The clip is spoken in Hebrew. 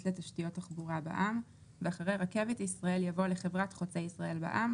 לתשתיות תחבורה בע"מ" ואחרי "רכבת ישראל" יבוא "לחברת חוצה ישראל בע"מ,